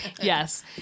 Yes